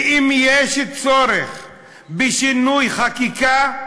ואם יש צורך בשינוי חקיקה,